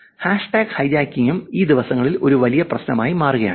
hashtag ഹൈജാക്കിംഗും ഈ ദിവസങ്ങളിൽ ഒരു വലിയ പ്രശ്നമായി മാറുകയാണ്